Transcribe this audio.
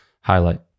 highlight